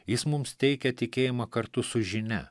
jis mums teikia tikėjimą kartu su žinia